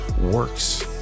works